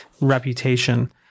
reputation